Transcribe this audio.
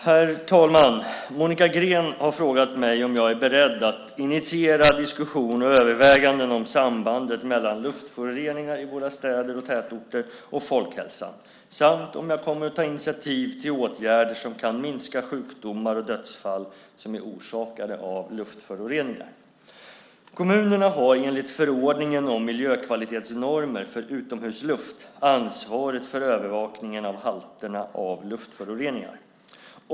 Herr talman! Monica Green har frågat mig om jag är beredd att initiera diskussion och överväganden om sambandet mellan luftföroreningar i våra städer och tätorter och folkhälsan samt om jag kommer att ta initiativ till åtgärder som kan minska sjukdomar och dödsfall som är orsakade av luftföroreningar. Kommunerna har enligt förordningen om miljökvalitetsnormer för utomhusluft ansvaret för övervakningen av halterna av luftföroreningar.